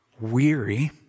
weary